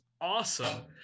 awesome